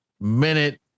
minute